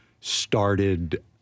started